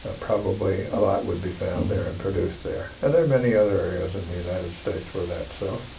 ah probably a lot would be found there and produced there. and there are many other areas in the united states where that's so.